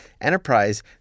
Enterprise